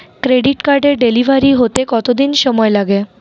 Credit কার্ডের delivery হতে কতদিন সময় লাগে?